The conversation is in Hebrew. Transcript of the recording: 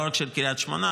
לא רק של קריית שמונה,